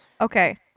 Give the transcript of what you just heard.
okay